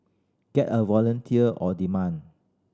get a volunteer on demand